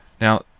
Now